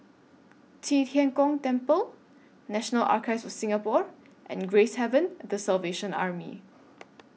Qi Tian Gong Temple National Archives of Singapore and Gracehaven The Salvation Army